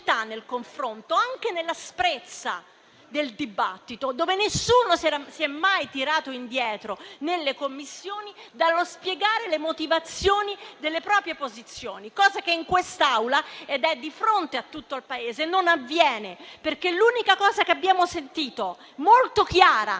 una nobiltà nel confronto, anche nell'asprezza del dibattito, dove nessuno si è mai tirato indietro nelle Commissioni dallo spiegare le motivazioni delle proprie posizioni; cosa che in quest'Aula e di fronte a tutto il Paese non avviene, perché l'unica cosa che abbiamo sentito molto chiara